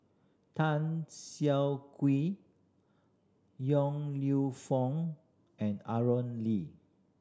Tan Siah Kwee Yong Lew Foong and Aaron Lee